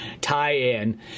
tie-in